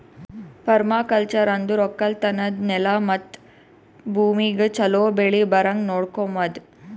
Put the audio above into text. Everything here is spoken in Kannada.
ಪರ್ಮಾಕಲ್ಚರ್ ಅಂದುರ್ ಒಕ್ಕಲತನದ್ ನೆಲ ಮತ್ತ ಭೂಮಿಗ್ ಛಲೋ ಬೆಳಿ ಬರಂಗ್ ನೊಡಕೋಮದ್